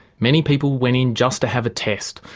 many people went in just to have a test,